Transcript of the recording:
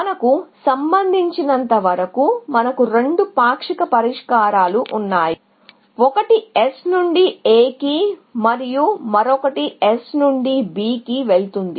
మనకు సంబంధించినంతవరకు మనకు రెండు పాక్షిక పరిష్కారాలు ఉన్నాయి ఒకటి S నుండి A కి మరియు మరొకటి S నుండి B కి వెళుతుంది